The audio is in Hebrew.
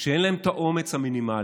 שאין להם את האומץ המינימלי